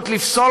תקשיבי